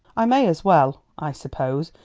i may as well, i suppose,